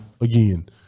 Again